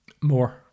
More